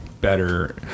better